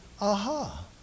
aha